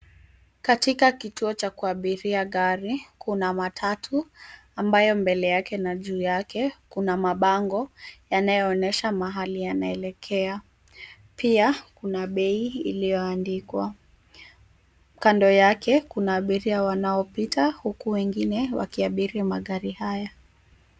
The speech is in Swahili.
Katika kituo cha kuabiria gari, kuna matatu ambayo mbele yake na juu yake kuna mabango yanayoonyesha mahali yanaelekea. Pia, kuna bei iliyoandikwa. Kando yake kuna abiria wanaopita, huku wengine wakiabiri magari haya.